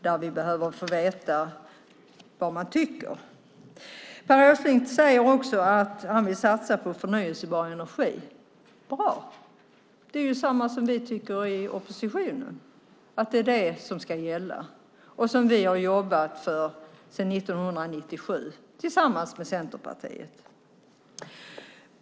Där behöver vi få veta vad man tycker. Per Åsling säger också att han vill satsa på förnybar energi. Det är bra. Det är samma sak som vi i oppositionen tycker ska gälla och som vi har jobbat för sedan 1997 tillsammans med Centerpartiet.